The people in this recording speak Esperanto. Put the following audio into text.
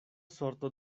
sorto